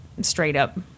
straight-up